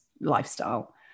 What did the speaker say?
lifestyle